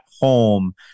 home